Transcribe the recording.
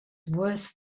worse